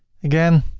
again,